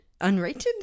unrated